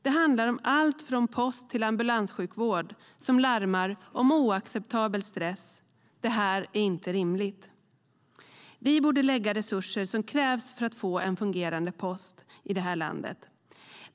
Det handlar om allt från post till ambulanssjukvård som larmar om oacceptabel stress. Detta är inte rimligt. Vi borde lägga de resurser som krävs för att få en fungerande post i det här landet.